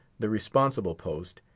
the responsible post,